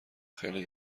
خیلی